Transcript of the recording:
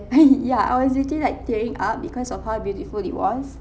ya I was literally like tearing up because of how beautiful it was